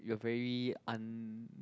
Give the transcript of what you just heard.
we're very un~